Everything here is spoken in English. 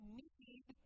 need